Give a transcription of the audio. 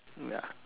ya